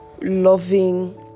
loving